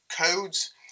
codes